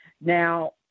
Now